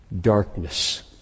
darkness